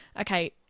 okay